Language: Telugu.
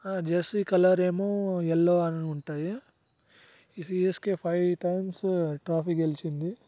ఆ జెర్సీ కలర్ ఏమో యెల్లో అని ఉంటుందిఈ సీఎస్కే ఫైవ్ టైమ్స్ ట్రోఫీ గెలిచింది